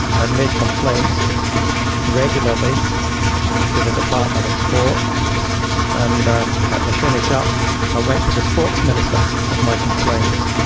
i'd made complaints regularly to the department of sport and at the finish-up i went to the sports minister with my complaints.